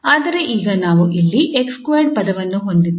ಆದರೆ ಈಗ ನಾವು ಇಲ್ಲಿ 𝑥2 ಪದವನ್ನು ಹೊಂದಿದ್ದೇವೆ